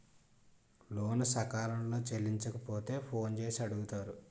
లోను సకాలంలో చెల్లించకపోతే ఫోన్ చేసి అడుగుతారు